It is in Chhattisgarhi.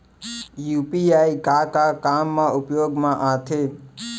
यू.पी.आई का का काम मा उपयोग मा आथे?